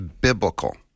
biblical